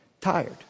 Tired